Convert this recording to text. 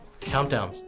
Countdown